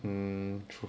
mm